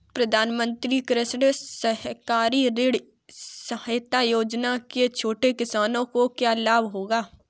मुख्यमंत्री कृषक सहकारी ऋण सहायता योजना से छोटे किसानों को क्या लाभ होगा?